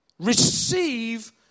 Receive